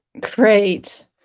Great